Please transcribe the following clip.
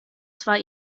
zwar